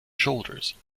shoulders